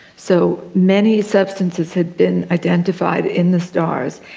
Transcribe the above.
so, many substances had been identified in the stars,